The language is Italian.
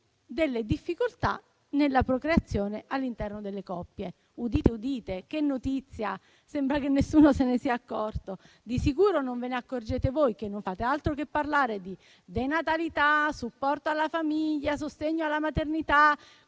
difficoltà nella procreazione all'interno delle coppie eterosessuali: udite, udite! Che notizia! Sembra che nessuno se ne sia accorto. Di sicuro non ve ne accorgete voi, che non fate altro che parlare di denatalità, supporto alla famiglia, sostegno alla maternità.